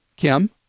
Kim